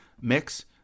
mix